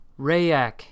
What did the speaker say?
Rayak